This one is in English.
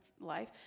life